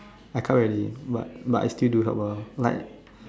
I can't really but but I still do some help ah like